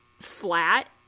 flat